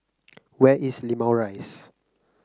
where is Limau Rise